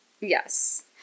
Yes